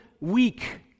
weak